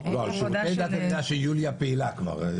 על שירותי דת אני יודע שיוליה פעילה כבר.